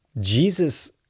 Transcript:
Jesus